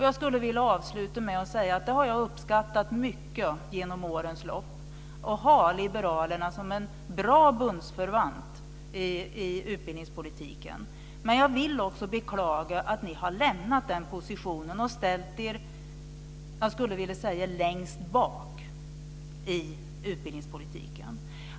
Jag skulle vilja avsluta med att säga att jag genom årens lopp har uppskattat mycket att ha liberalerna som en bra bundsförvant i utbildningspolitiken, men jag vill också beklaga att ni har lämnat den positionen och ställt er längst bak, skulle jag vilja säga, i utbildningspolitiken.